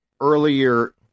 earlier